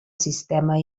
sistema